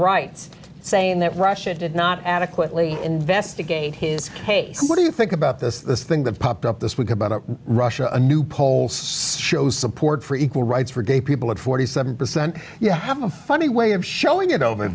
rights saying that russia did not adequately investigate his case what do you think about this thing that popped up this week about russia a new poll shows support for equal rights for gay people at forty seven percent you have a funny way of showing it over